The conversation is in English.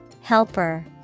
Helper